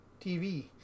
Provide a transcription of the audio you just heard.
TV